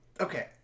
Okay